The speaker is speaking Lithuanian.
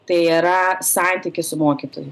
tai yra santykis su mokytoju